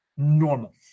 normal